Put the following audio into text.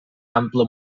ampla